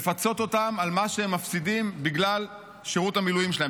לפצות אותם על מה שהם מפסידים בגלל שירות המילואים שלהם.